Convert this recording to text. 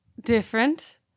different